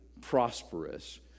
prosperous